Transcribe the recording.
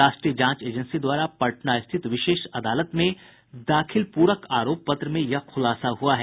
राष्ट्रीय जांच एजेंसी द्वारा पटना स्थित विशेष अदालत में दाखिल प्रक आरोप पत्र में यह खुलासा हुआ है